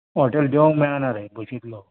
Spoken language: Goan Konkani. हॉटेल देंवोंग मेळाना रे बशींतलो